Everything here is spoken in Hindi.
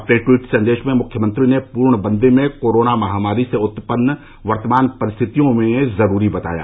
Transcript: अपने ट्वीट संदेश में मुख्यमंत्री ने पूर्णबंदी को कोरोना महामारी से उत्पन्न वर्तमान परिस्थितियों में जरूरी बताया